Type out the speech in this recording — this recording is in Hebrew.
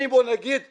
אני, בוא נגיד עשיתי,